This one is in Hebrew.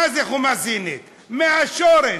מה-זה חומה סינית, מהשורש.